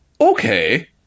Okay